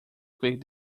click